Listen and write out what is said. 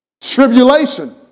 Tribulation